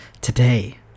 today